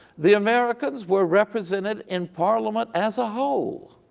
the americans were represented in parliament as a whole.